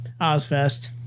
Ozfest